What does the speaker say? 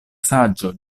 saĝo